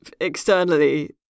externally